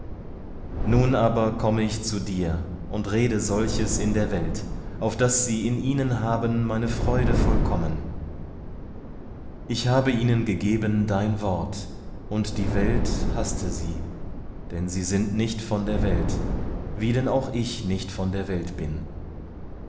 nun aber komme ich zu dir und rede solches in der welt auf daß sie in ihnen haben meine freude vollkommen ich habe ihnen gegeben dein wort und die welt haßte sie denn sie sind nicht von der welt wie ich denn auch nicht von der welt bin